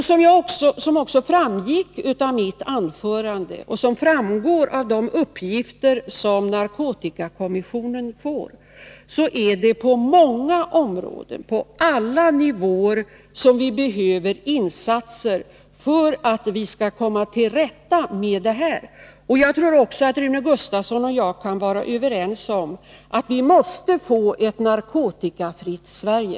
Som framgick av mitt anförande och som framgår av de uppgifter som narkotikakommissionen får behöver vi insatser på många områden och på alla nivåer för att komma till rätta med problemen. Jag tror att Rune Gustavsson och jag kan vara överens om att vi måste få ett narkotikafritt Sverige.